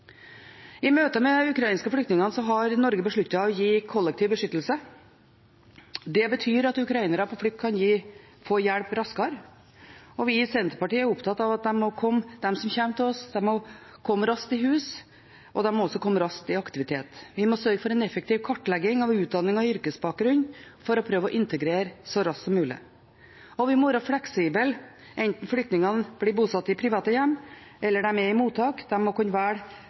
I møte med de ukrainske flyktningene har Norge besluttet å gi kollektiv beskyttelse. Det betyr at ukrainere på flukt kan få hjelp raskere. Vi i Senterpartiet er opptatt av at de som kommer til oss, må komme raskt i hus, og de må også komme raskt i aktivitet. Vi må sørge for en effektiv kartlegging av utdanning og yrkesbakgrunn for å prøve å integrere så raskt som mulig, og vi må være fleksible enten flyktningene blir bosatt i private hjem, eller de er i mottak. De må kunne velge